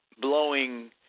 blowing